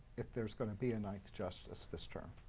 if there is going to be a ninth justice this term.